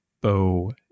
Bow